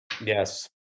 Yes